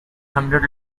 hundred